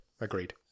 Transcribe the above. agreed